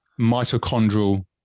mitochondrial